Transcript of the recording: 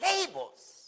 Labels